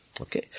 Okay